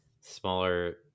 smaller